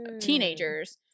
teenagers